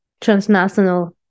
transnational